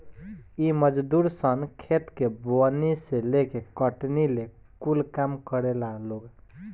इ मजदूर सन खेत के बोअनी से लेके कटनी ले कूल काम करेला लोग